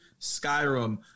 Skyrim